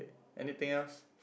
anything else